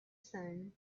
sun